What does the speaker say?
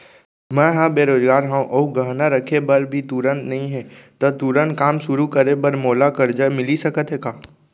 मैं ह बेरोजगार हव अऊ गहना रखे बर भी तुरंत नई हे ता तुरंत काम शुरू करे बर मोला करजा मिलिस सकत हे का?